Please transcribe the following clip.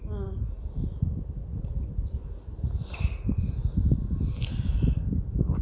mm